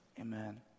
Amen